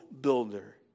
builder